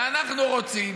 ואנחנו רוצים,